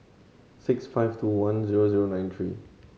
six five two one zero zero nine three